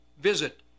visit